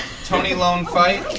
tonylonefight.